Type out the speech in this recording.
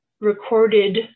recorded